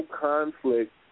conflict